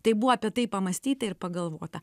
tai buvo apie tai pamąstyta ir pagalvota